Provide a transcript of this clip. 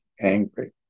angry